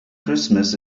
christmas